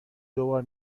دوبار